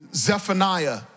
Zephaniah